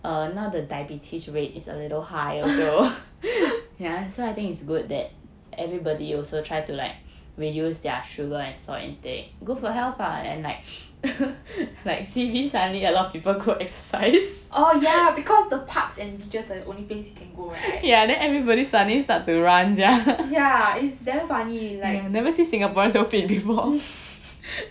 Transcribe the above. oh yeah because the parks and beaches are the only place you can go right yeah is damn funny like